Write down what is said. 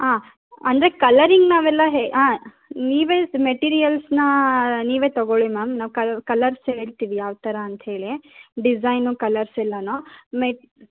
ಆಂ ಅಂದರೆ ಕಲರಿಂಗ್ ನಾವೆಲ್ಲ ಹೇ ಹಾಂ ನೀವೇ ಮೆಟೀರಿಯಲ್ಸ್ನ್ನು ನೀವೇ ತೊಗೊಳ್ಳಿ ಮ್ಯಾಮ್ ನಾವು ಕಲ್ ಕಲರ್ಸ್ ಹೇಳ್ತೀವಿ ಯಾವ ಥರ ಅಂತೇಳಿ ಡಿಸೈನು ಕಲರ್ಸ್ ಎಲ್ಲಾ ಮೆಟ್